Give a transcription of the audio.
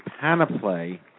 panoply